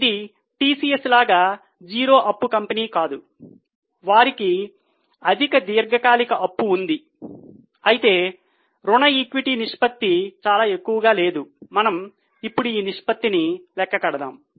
ఇది TCS లాగా zero అప్పు కంపెనీ కాదు వారికి అధిక దీర్ఘకాలిక అప్పు ఉంది అయితే రుణ ఈక్విటీ నిష్పత్తి చాలా ఎక్కువగా లేదు మనము ఇప్పుడు ఈ నిష్పత్తిని లెక్క కడతాము